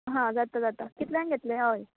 हां जाता जाता कितल्यांक येतले हय